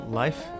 life